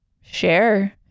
share